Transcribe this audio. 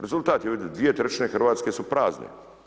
Rezultat je, dvije trećine Hrvatske su prazne.